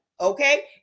okay